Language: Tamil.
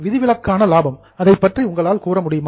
விதிவிலக்கான லாபம் அதைப்பற்றி உங்களால் கூற முடியுமா